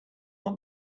want